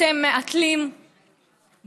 אתם מהתלים באופוזיציה,